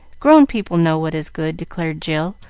grown people know what is good, declared jill,